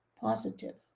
positive